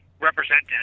represented